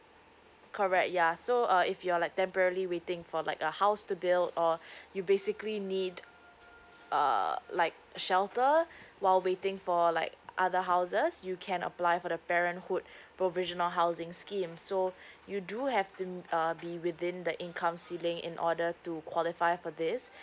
correct ya so uh if you are like temporary waiting for like a house to build or you basically need err like shelter while waiting for like other houses you can apply for the parenthood provisional housing scheme so you do have to uh be within the income ceiling in order to qualify for this